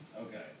Okay